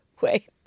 Wait